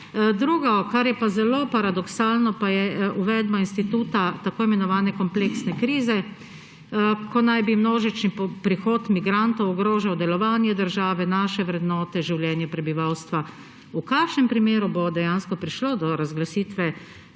Drugo, kar je pa zelo paradoksalno, pa je uvedba instituta tako imenovane kompleksne krize, ko naj bi množični prihod migrantov ogrožal delovanje države, naše vrednote, življenje prebivalstva. V kakšnem primeru bo dejansko prišlo do razglasitve